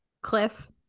Cliff